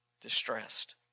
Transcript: distressed